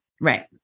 Right